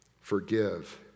forgive